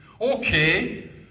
Okay